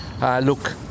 Look